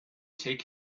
take